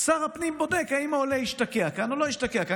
שר הפנים בודק אם העולה השתקע כאן או לא השתקע כאן.